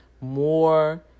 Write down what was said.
more